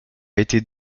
été